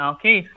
Okay